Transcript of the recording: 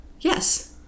Yes